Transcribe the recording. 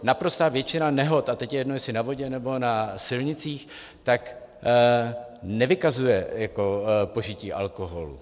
Naprostá většina nehod, a teď je jedno, jestli na vodě, nebo na silnicích, nevykazuje požití alkoholu.